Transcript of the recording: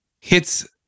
hits